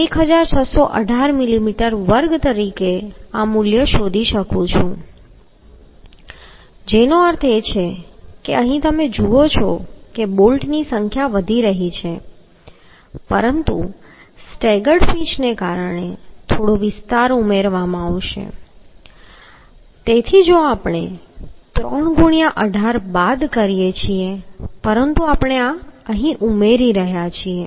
તેથી હું 1618 મિલીમીટર વર્ગ તરીકે મૂલ્ય શોધી શકું છું જેનો અર્થ છે કે અહીં તમે જુઓ છો કે બોલ્ટની સંખ્યા વધી રહી છે પરંતુ સ્ટેગર્ડ પિચને કારણે થોડો વિસ્તાર ઉમેરવામાં આવશે તેથી જો આપણે 3 ગુણ્યાં 18 બાદ કરીએ છીએ પરંતુ આપણે આ ઉમેરી રહ્યા છીએ